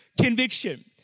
conviction